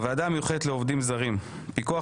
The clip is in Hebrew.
הוועדה המיוחדת לעובדים זרים פיקוח